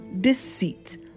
deceit